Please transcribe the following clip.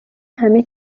همه